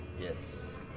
Yes